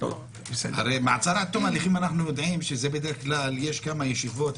הרי מעצר עד תום ההליכים יש כמה ישיבות,